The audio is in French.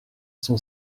son